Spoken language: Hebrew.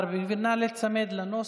אנחנו נצביע קודם על הכללה,